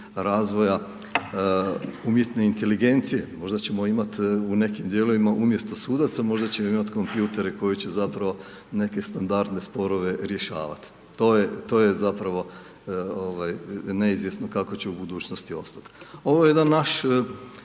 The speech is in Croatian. razvoja umjetne inteligencije. Možda ćemo imati u nekim dijelovima umjesto sudaca možda ćemo imati kompjutore koji će zapravo neke standardne sporove rješavati. To je zapravo neizvjesno kako će u budućnosti ostati. Ovo je jedan naš